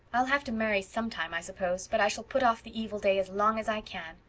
i'll have to marry sometime, i suppose, but i shall put off the evil day as long as i can.